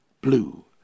blue